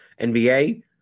NBA